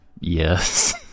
yes